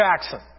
Jackson